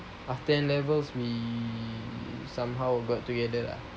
after N levels we somehow got together lah